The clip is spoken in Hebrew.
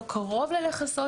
לא קרוב ללכסות,